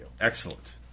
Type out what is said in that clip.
Excellent